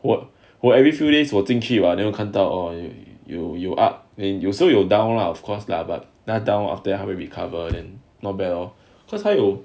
what were every few days watching cheap are never cut down or you you you you are then you so you down lah of course lah but not down after 还会 recover then not bad lah cause 还有